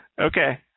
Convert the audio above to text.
Okay